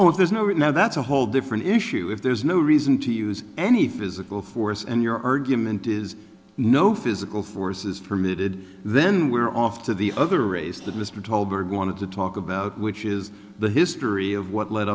of there's no right now that's a whole different issue if there's no reason to use any physical force and your argument is no physical force is permitted then we're off to the other race that mr tolbert wanted to talk about which is the history of what led